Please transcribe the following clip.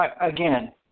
Again